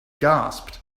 gasped